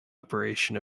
operation